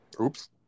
oops